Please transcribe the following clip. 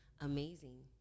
amazing